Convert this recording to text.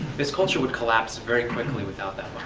this culture would collapse very quickly without that